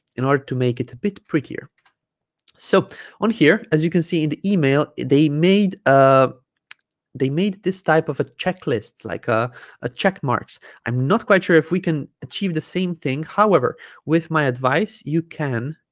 in order to make it a bit prettier so on here as you can see in the email they made ah they made this type of a checklist like ah a check marks i'm not quite sure if we can achieve the same thing however with my advice you can